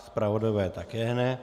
Zpravodajové také ne.